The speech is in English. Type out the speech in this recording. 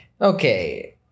Okay